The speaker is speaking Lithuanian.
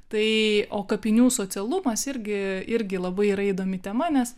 tai o kapinių socialumas irgi irgi labai yra įdomi tema nes